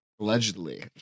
Allegedly